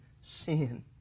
sin